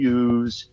use